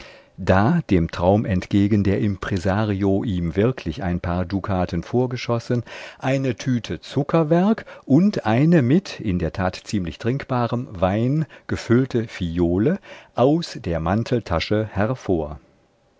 da dem traum entgegen der impresario ihm wirklich ein paar dukaten vorgeschossen eine tüte zuckerwerk und eine mit in der tat ziemlich trinkbarem wein gefüllte phiole aus der manteltasche hervor